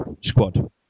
squad